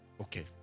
Okay